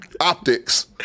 Optics